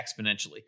exponentially